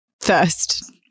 first